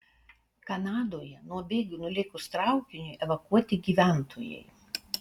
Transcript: kanadoje nuo bėgių nulėkus traukiniui evakuoti gyventojai